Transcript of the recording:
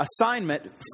assignment